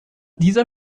dieser